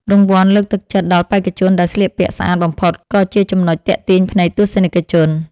រង្វាន់លើកទឹកចិត្តដល់បេក្ខជនដែលស្លៀកពាក់ស្អាតបំផុតក៏ជាចំណុចទាក់ទាញភ្នែកទស្សនិកជន។